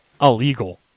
Illegal